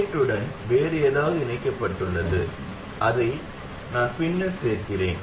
கேட்டுடன் வேறு ஏதாவது இணைக்கப்பட்டுள்ளது அதை நான் பின்னர் சேர்க்கிறேன்